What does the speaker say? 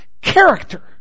character